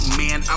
man